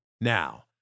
now